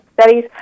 studies